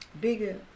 bigger